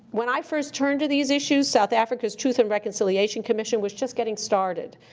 when i first turned to these issues, south africa's truth and reconciliation commission was just getting started.